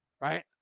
Right